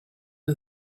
who